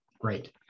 great